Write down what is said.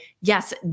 Yes